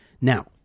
Now